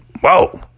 Whoa